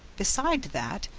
besides that,